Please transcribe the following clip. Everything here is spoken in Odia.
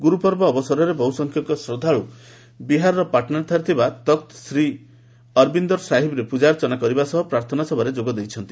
ଗୁରୁପର୍ବ ଅବସରରେ ବହୁ ସଂଖ୍ୟକ ଶ୍ରଦ୍ଧାଳୁ ବିହାର ପାଟନାରେ ଥିବା ତଖତ୍ ଶ୍ରୀ ଅରବିନ୍ଦର ସାହିବ ପ୍ରଜାର୍ଚ୍ଚନା କରିବା ସହ ପ୍ରାର୍ଥନା ସଭାରେ ଯୋଗ ଦେଇଛନ୍ତି